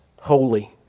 holy